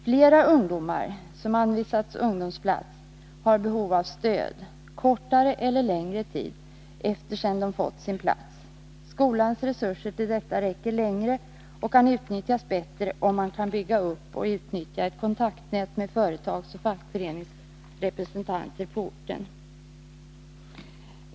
Flera ungdomar som anvisats ungdomsplats har behov av stöd kortare eller längre tid efter det att de fått sin plats. Skolans resurser till detta räcker längre och kan utnyttjas bättre om man kan bygga upp och utnyttja ett kontaktnät med företagsoch fackföreningsrepresentanter på orten.